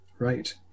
Right